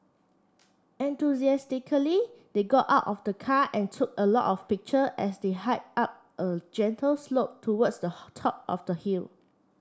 enthusiastically they got out of the car and took a lot of picture as they hiked up a gentle slope towards the top of the hill